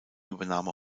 übernahme